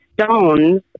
stones